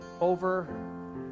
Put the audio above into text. over